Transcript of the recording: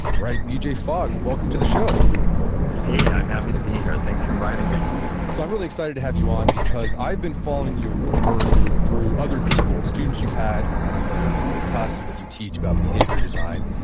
right, bj fogg, welcome to the show hey. i'm happy to be here. thanks for inviting me so i'm really excited to have you on because i have been following your your work through other people, students you've had on your your classes that you teach about behavior design,